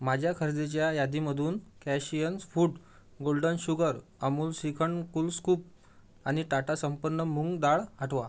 माझ्या खरेदीच्या यादीमधून कॅशियन्स food golden sugar Amul shrikhand cool scoop आणि टाटा संपन्न मूगडाळ हटवा